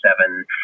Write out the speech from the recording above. seven